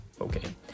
okay